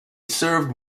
served